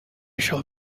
shall